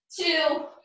two